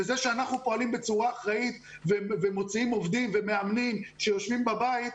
זה שאנחנו פועלים בצורה אחראית ומוציאים עובדים ומאמנים שיושבים בבית,